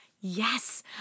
Yes